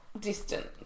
distant